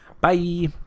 Bye